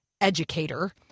educator